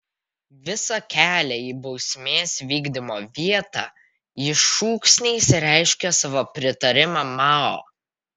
visą kelią į bausmės vykdymo vietą ji šūksniais reiškė savo pritarimą mao